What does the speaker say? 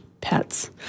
pets